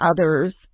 others